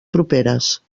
properes